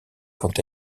quand